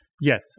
yes